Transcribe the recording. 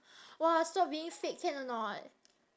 !wah! stop being fake can or not